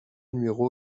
numéro